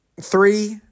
three